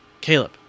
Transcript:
Caleb